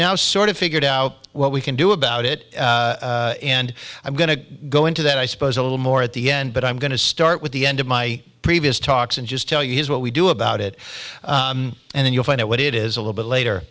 now sort of figured out what we can do about it and i'm going to go into that i suppose a little more at the end but i'm going to start with the end of my previous talks and just tell you what we do about it and you'll find out what it is a little bit later